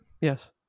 Yes